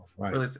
Right